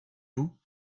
vous